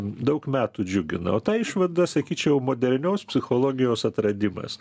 daug metų džiugino o ta išvada sakyčiau modernios psichologijos atradimas